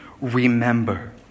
Remember